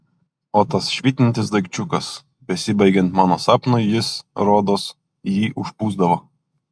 o tas švytintis daikčiukas besibaigiant mano sapnui jis rodos jį užpūsdavo